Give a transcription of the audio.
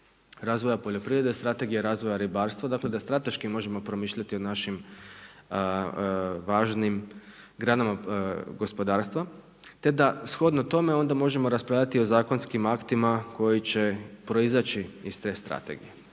razvoja poljoprivrede, Strategija razvoja ribarstva, dakle da strateški možemo promišljati o našim važnim granama gospodarstva, te da shodno tome onda možemo raspravljati i o zakonskim aktima koji će proizaći iz te strategije.